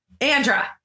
Andra